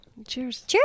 Cheers